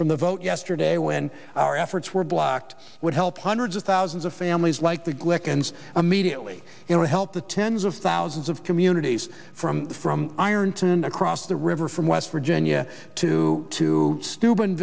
from the vote yesterday when our efforts were blocked would help hundreds of thousands of families like the glick and immediately you know to help the tens of thousands of communities from from ironton across the river from west virginia to to st